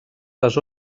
les